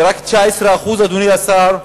רק 19%, אדוני השר,